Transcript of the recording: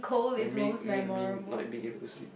and make me being not being able to sleep